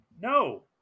No